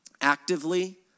actively